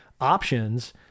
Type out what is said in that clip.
options